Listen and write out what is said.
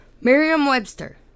Merriam-Webster